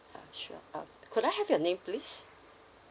sure uh could I have your name please